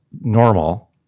normal